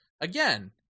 again